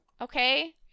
Okay